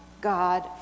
God